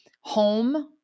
home